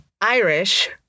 Irish